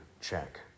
check